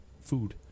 food